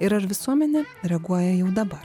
ir ar visuomenė reaguoja jau dabar